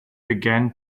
began